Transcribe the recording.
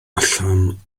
allan